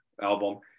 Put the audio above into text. album